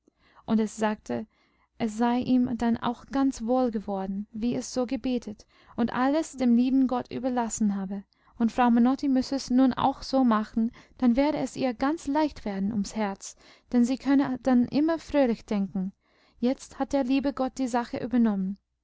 und es sagte es sei ihm dann auch ganz wohl geworden wie es so gebetet und alles dem lieben gott überlassen habe und frau menotti müsse es nun auch so machen dann werde es ihr ganz leicht werden ums herz denn sie könne dann immer fröhlich denken jetzt hat der liebe gott die sache übernommen